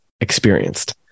experienced